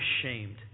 ashamed